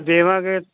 ਦਿਵਾਂਗੇ